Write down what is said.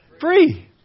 free